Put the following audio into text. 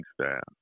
staff